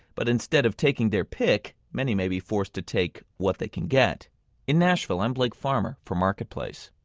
but instead of taking their pick, many may be forced to take what they can get in nashville, i'm blake farmer for marketplace